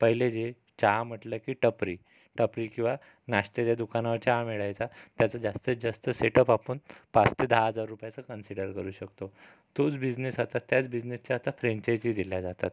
पहिले जे चहा म्हटलं की टपरी टपरी किंवा नाश्त्याच्या दुकानावर चहा मिळायचा त्याचा जास्तीतजास्त सेटअप आपण पाच ते दहा हजार रुपायांचं कन्सिडर करू शकतो तोच बिझनेस आता त्याच बिझनेसचे आता फ्रेंचेची दिल्या जातात